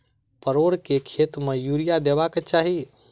परोर केँ खेत मे यूरिया देबाक चही?